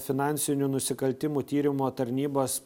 finansinių nusikaltimų tyrimų tarnybos